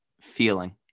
feeling